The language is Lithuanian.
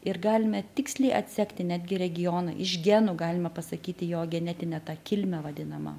ir galime tiksliai atsekti netgi regioną iš genų galima pasakyti jo genetinę tą kilmę vadinamą